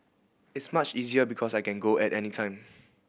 is much easier because I can go at any time